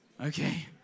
Okay